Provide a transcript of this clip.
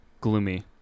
gloomy